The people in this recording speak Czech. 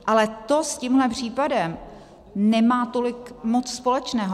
Ale to s tímhle případem nemá tolik moc společného.